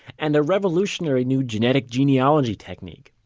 and a revolutionary new genetic genealogy technique,